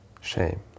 Shame